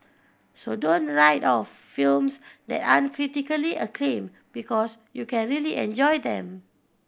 so don't write off films that aren't critically acclaimed because you can really enjoy them